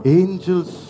angels